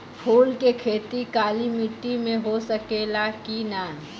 फूल के खेती काली माटी में हो सकेला की ना?